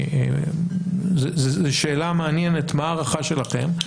פה זו שאלה מעניינת, מה ההערכה שלכם,